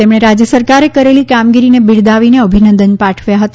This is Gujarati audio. તેમણે રાજ્ય સરકારે કરેલી કામગીરીને બિરદાવીને અભિનંદન પાઠવ્યા હતા